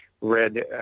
Red